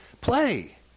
play